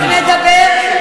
תכף נדבר.